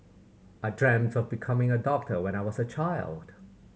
I dreamt of becoming a doctor when I was a child